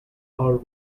our